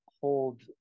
hold